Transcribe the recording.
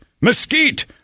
Mesquite